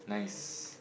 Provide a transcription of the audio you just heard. nice